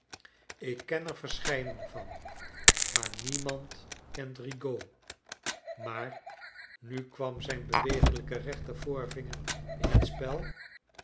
ik ken er verscheidene van maar niemand kent rigaud maar nu kwam zijn bewegelijke rechter voorvinger in het spel